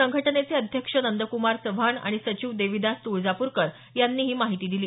संघटनेचे अध्यक्ष नंद्कुमार चव्हाण आणि सचिव देवीदास तुळजापूरकर यांनी ही माहिती दिली